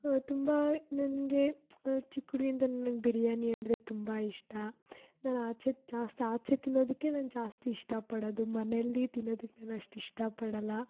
ತುಂಬ ನನಗೆ ಚಿಕ್ಕ ಹುಡುಗಿಯಿಂದ ನನಗೆ ಬಿರ್ಯಾನಿ ಅಂದರೆ ತುಂಬ ಇಷ್ಟ ನಾನು ಆಚೆ ಜಾಸ್ತಿ ಆಚೆ ತಿನ್ನೊದಕ್ಕೆ ನಾನು ಜಾಸ್ತಿ ಇಷ್ಟಪಡೋದು ಮನೆಯಲ್ಲಿ ತಿನ್ನೊದಕ್ಕೆ ನಾನು ಅಷ್ಟು ಇಷ್ಟಪಡೋಲ್ಲ